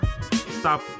Stop